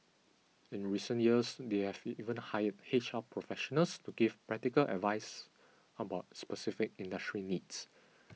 in recent years they have even hired H R professionals to give practical advice about specific industry needs